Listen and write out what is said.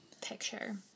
picture